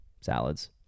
salads